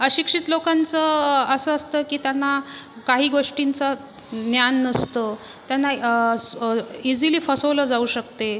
अशिक्षित लोकांचं असं असतं की त्यांना काही गोष्टींचं ज्ञान नसतं त्यांना स इजिली फसवलं जाऊ शकते